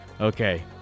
Okay